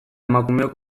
emakumeok